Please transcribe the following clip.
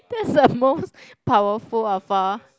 that's the most powerful of all